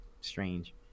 strange